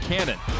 Cannon